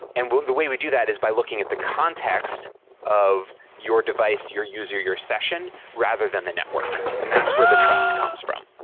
and the way we do that is by looking at the context of your device, your user, your session, rather than the network, and that's where the trust comes from.